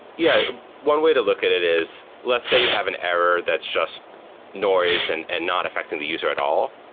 yeah. one way to look at it is let's say you have an error that's just nor is and and not affecting the user at all.